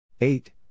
Eight